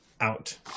out